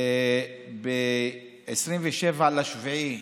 ב-27 ביולי,